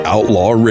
Outlaw